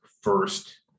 first